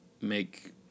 make